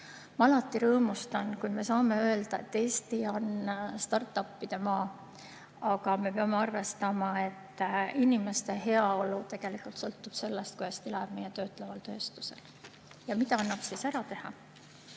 Ma alati rõõmustan, kui me saame öelda, et Eesti onstart-up'ide maa. Aga me peame arvestama, et inimeste heaolu tegelikult sõltub sellest, kui hästi läheb meie töötleval tööstusel. Ja mida annab siis ära teha?